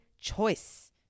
choice